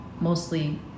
mostly